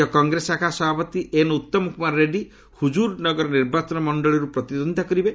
ରାଜ୍ୟ କଂଗ୍ରେସ ଶାଖା ସଭାପତି ଏନ୍ ଉତ୍ତମ କୁମାର ରେଡ୍ଜି ହୁଜୁରନଗର ନିର୍ବାଚନମଣ୍ଡଳୀରୁ ପ୍ରତିଦ୍ୱନ୍ଦ୍ୱିତା କରିବେ